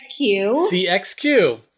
CXQ